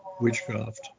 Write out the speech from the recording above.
witchcraft